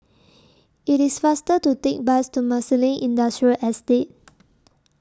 IT IS faster to Take Bus to Marsiling Industrial Estate